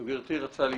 גברתי רצתה להתייחס.